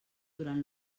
durant